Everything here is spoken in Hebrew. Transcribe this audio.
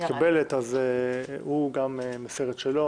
נעבור לסעיף השני, פניית יושב ראש ועדת החוקה,